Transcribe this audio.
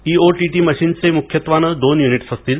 EOTT मशिनचे मुख्यत्वाने दोन यूनिट असतील